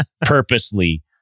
purposely